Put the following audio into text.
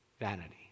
vanity